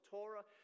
Torah